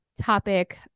topic